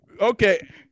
Okay